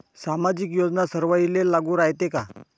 सामाजिक योजना सर्वाईले लागू रायते काय?